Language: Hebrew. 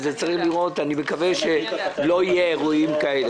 אני מקווה שלא יהיו אירועים כאלה.